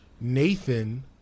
Nathan